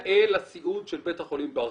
זה מנהל הסיעוד של בית החולים ברזילי.